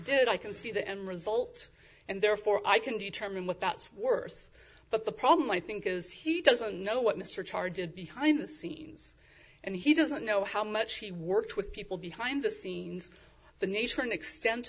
did i can see the end result and therefore i can determine what that's worth but the problem i think is he doesn't know what mr charge it behind the scenes and he doesn't know how much he worked with people behind the scenes the nature and extent